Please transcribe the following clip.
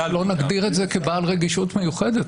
רק לא נגדיר את זה כבעל רגישות מיוחדת.